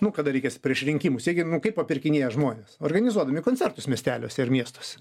nu kada reikės prieš rinkimus jie gi nu kaip papirkinėja žmones organizuodami koncertus miesteliuose ir miestuose